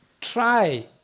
try